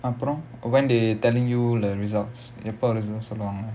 அப்புறம்:appuram when they telling you the results எப்போ:eppo results சொல்லுவாங்க:solluvaanga